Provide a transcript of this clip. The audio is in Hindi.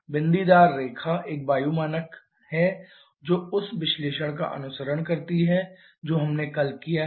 बिंदीदार रेखा एक वायु मानक है जो उस विश्लेषण का अनुसरण करती है जो हमने कल किया है